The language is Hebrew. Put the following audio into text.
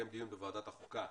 בוועדת החוקה